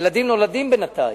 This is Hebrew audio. ילדים נולדים בינתיים,